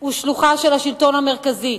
הוא שלוחה של השלטון המרכזי.